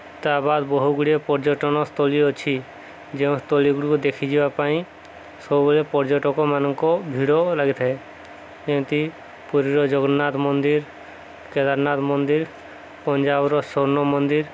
ତା ବାଦ୍ ବହୁତ ଗୁଡ଼ିଏ ପର୍ଯ୍ୟଟନସ୍ଥଳୀ ଅଛି ଯେଉଁ ସ୍ଥଳୀଗୁଡ଼ିକୁ ଦେଖିଯିବା ପାଇଁ ସବୁବେଳେ ପର୍ଯ୍ୟଟକମାନଙ୍କ ଭିଡ଼ ଲାଗିଥାଏ ଯେମିତି ପୁରୀର ଜଗନ୍ନାଥ ମନ୍ଦିର କେଦାରନାଥ ମନ୍ଦିର ପଞ୍ଜାବର ସ୍ଵର୍ଣ୍ଣ ମନ୍ଦିର